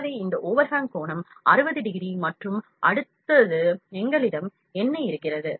எனவே இந்த ஓவர்ஹாங் கோணம் 60 டிகிரி மற்றும் அடுத்தது எங்களிடம் என்ன இருக்கிறது